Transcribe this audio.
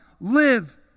Live